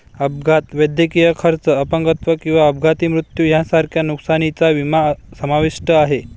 अपघात, वैद्यकीय खर्च, अपंगत्व किंवा अपघाती मृत्यू यांसारख्या नुकसानीचा विमा समाविष्ट आहे